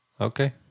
okay